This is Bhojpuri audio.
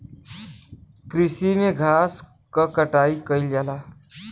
कृषि में घास क कटाई कइल जाला